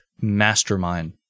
mastermind